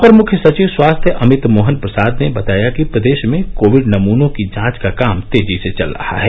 अपर मुख्य सचिव स्वास्थ्य अमित मोहन प्रसाद ने बताया कि प्रदेश में कोविड नमूनों की जांच का काम तेजी से चल रहा है